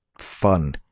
fun